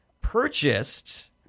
purchased